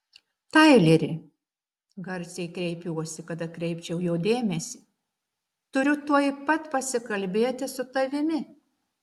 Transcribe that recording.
taileri garsiai kreipiuosi kad atkreipčiau jo dėmesį turiu tuoj pat pasikalbėti su tavimi